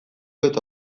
eta